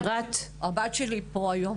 הבת שלי פה היום.